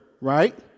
right